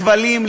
כבלים,